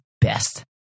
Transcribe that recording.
best